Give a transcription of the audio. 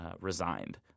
resigned